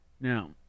Now